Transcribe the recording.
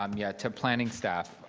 um yeah, to planning staff.